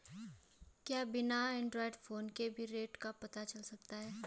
क्या बिना Android phone के भी रेट पता चल सकता है?